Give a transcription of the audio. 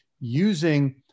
using